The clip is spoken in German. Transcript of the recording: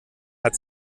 hat